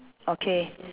okay